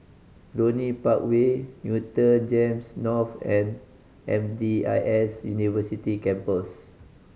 Cluny Park Way Newton GEMS North and M D I S University Campus